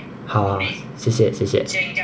好啊谢谢谢谢